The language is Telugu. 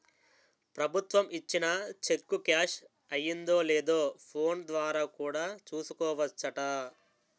ప్రభుత్వం ఇచ్చిన చెక్కు క్యాష్ అయిందో లేదో ఫోన్ ద్వారా కూడా చూసుకోవచ్చట